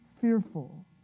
fearful